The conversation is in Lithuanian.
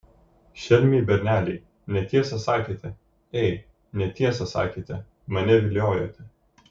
šelmiai berneliai netiesą sakėte ei netiesą sakėte mane viliojote